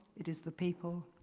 it is the people,